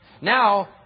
Now